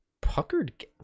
Puckered